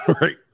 Right